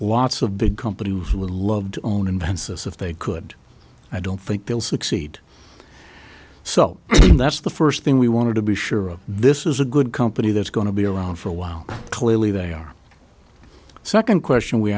lots of big companies who love to own invensys if they could i don't think they'll succeed so that's the first thing we want to be sure of this is a good company that's going to be around for a while clearly they are second question we